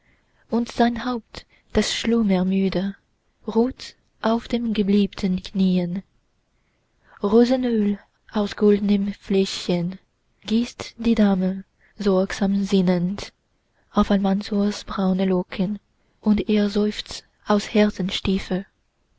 und sein haupt das schlummermüde ruht auf den geliebten knieen rosenöl aus goldnem fläschchen gießt die dame sorgsam sinnend auf almansors braune locken und er seufzt aus